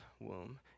womb